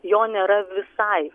jo nėra visai